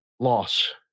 Loss